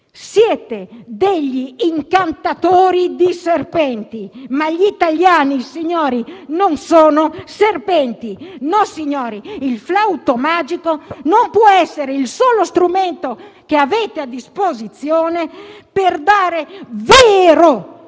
Siete degli incantatori di serpenti! Ma gli italiani, signori, non sono serpenti. No, signori, il flauto magico non può essere il solo strumento che avete a disposizione per dare vero